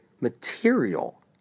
material